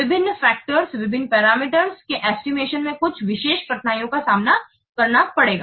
विभिन्न कारकों विभिन्न पैरामीटर के एस्टिमेशन में कुछ विशेष कठिनाइयों का सामना करना पड़ेगा